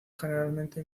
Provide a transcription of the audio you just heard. generalmente